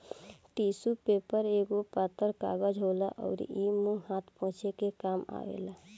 tissue paper एगो पातर कागज होला अउरी इ मुंह हाथ पोछे के काम आवेला